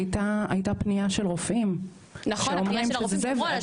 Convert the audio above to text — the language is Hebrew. הייתה פנייה של הרופאים שאומרים שזה --- נכון.